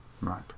Right